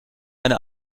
eine